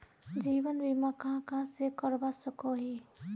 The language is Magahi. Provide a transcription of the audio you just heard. जीवन बीमा कहाँ कहाँ से करवा सकोहो ही?